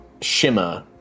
shimmer